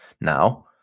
Now